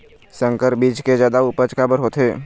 संकर बीज के जादा उपज काबर होथे?